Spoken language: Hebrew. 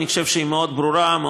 אני חושב שהיא ברורה מאוד,